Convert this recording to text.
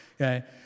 Okay